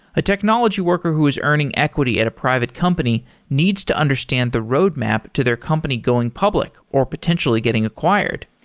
a technology worker who is earning equity at a private company needs to understand the roadmap to their company going public or potentially getting acquired.